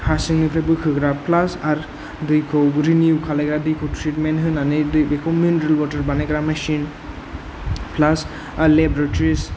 हासिंनिफ्राय बोखोग्रा प्लास आरो दैखौ रिनिउ खालायग्रा दैखौ ट्रिटमेन्ट होनानै दै बेखौ मिनरेल वाटार बानायग्रा मेसिन प्लास लेबरेटरिस